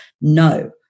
no